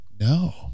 No